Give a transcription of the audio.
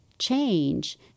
change